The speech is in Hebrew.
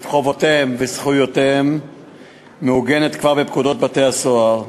חובותיהם וזכויותיהם כבר מעוגנת בפקודת בתי-הסוהר,